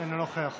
אינו נוכח